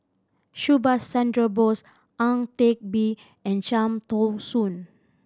Subhas Chandra Bose Ang Teck Bee and Cham Tao Soon